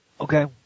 Okay